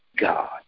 God